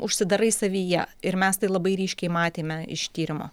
užsidarai savyje ir mes tai labai ryškiai matėme iš tyrimo